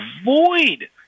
avoid